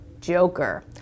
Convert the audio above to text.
Joker